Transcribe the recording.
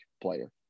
player